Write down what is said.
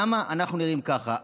למה אנחנו נראים ככה?